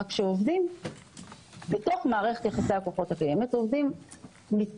רק שבתוך מערכת יחסי הכוחות הקיימת עובדים מתקשים